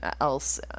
else